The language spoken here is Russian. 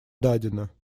дадено